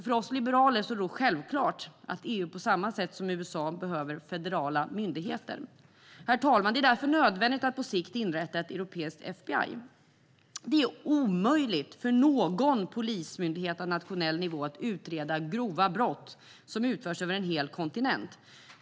För oss liberaler är det självklart att EU på samma sätt som USA behöver federala myndigheter. Herr talman! Det är därför nödvändigt att på sikt inrätta ett europeiskt FBI. Det är omöjligt för någon polismyndighet på nationell nivå att utreda grova brott som utförs över en hel kontinent.